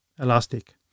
elastic